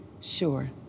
sure